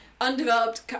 undeveloped